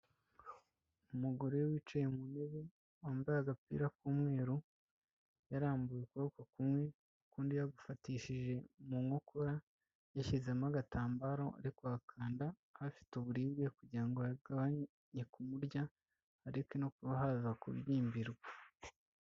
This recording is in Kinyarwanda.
Umugore wicaye mu ntebe wambaye agapira k'umweru, yarambuye ukuboko kumwe ukundi yagufatishije mu nkokora yashyizemo agatambaro ari kuhakanda aho afite uburibwe, kugira ngo hagabanye kumurya hareke no kuba haza kurimbirwa.